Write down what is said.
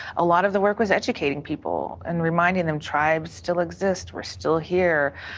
a lot of the work was educating people and reminding them tribes still exist. we are still here.